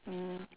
mm